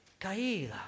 caída